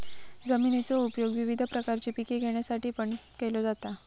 जमिनीचो उपयोग विविध प्रकारची पिके घेण्यासाठीपण केलो जाता